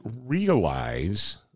realize